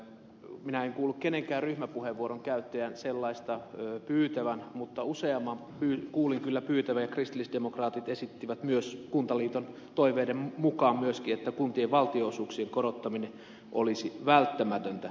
minä en kuullut kenenkään ryhmäpuheenvuoronkäyttäjän sellaista pyytävän mutta useamman kuulin kyllä pyytävän ja kristillisdemokraatit esittivät kuntaliiton toiveiden mukaan myöskin että kuntien valtionosuuksien korottaminen olisi välttämätöntä